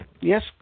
Yes